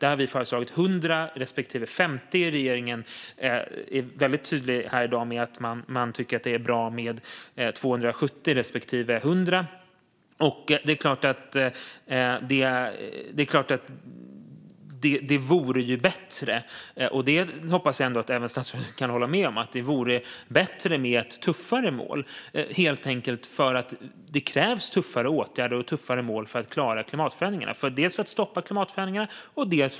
Vi har föreslagit 100 respektive 50 gram, och regeringen är här i dag väldigt tydlig med att man tycker att det är bra med 270 respektive 100 gram. Jag hoppas att statsrådet kan hålla med om att det vore bättre med ett tuffare mål, helt enkelt för att det krävs tuffare åtgärder och tuffare mål för att stoppa klimatförändringarna.